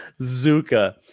zuka